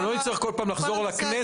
שלא נצטרך כל פעם לחזור לכנסת.